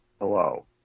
Hello